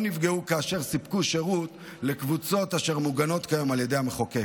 נפגעו כאשר סיפקו שירות לקבוצות אשר מוגנות כיום על ידי המחוקק.